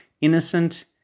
innocent